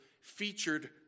featured